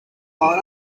while